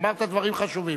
אמרת דברים חשובים.